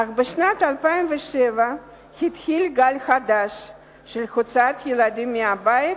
אך בשנת 2007 התחיל גל חדש של הוצאת ילדים מהבית,